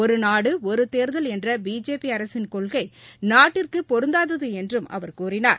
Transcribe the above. ஒரு நாடு ஒரு தேர்தல் என்ற பிஜேபி அரசின் கொள்கை நாட்டிற்கு பொருந்தாது என்றும் அவர் கூறினார்